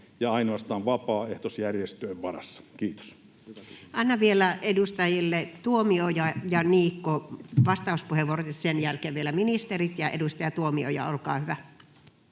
hallinnonala Time: 11:46 Content: Annan vielä edustajille Tuomioja ja Niikko vastauspuheenvuorot ja sen jälkeen vielä ministerit. — Ja edustaja Tuomioja, olkaa hyvä.